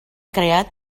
creat